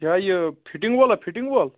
یہِ ہہ یہِ فِٹِنٛگ وولا فِٹِنٛگ وول